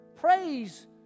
Praise